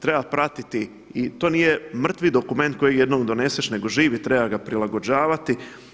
Treba pratiti i to nije mrtvi dokument kojeg jednom doneseš nego živ i treba ga prilagođavati.